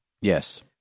Yes